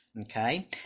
okay